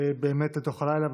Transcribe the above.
באמת לתוך הלילה,